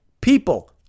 people